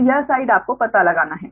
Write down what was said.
तो यह साइड आपको पता लगाना है